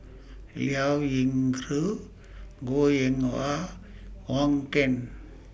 Liao Yingru Goh Eng Wah Wong Keen